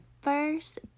first